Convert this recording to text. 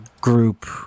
group